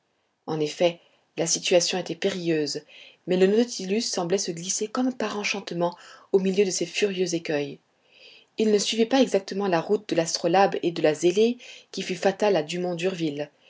en effet la situation était périlleuse mais le nautilus semblait se glisser comme par enchantement au milieu de ces furieux écueils il ne suivait pas exactement la route de l'astrolabe et de la zélée qui fut fatale à